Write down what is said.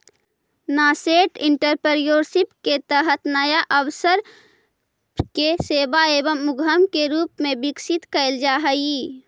nascent entrepreneurship के तहत नया अवसर के सेवा एवं उद्यम के रूप में विकसित कैल जा हई